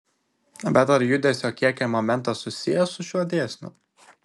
bet ar judesio kiekio momentas susijęs su šiuo dėsniu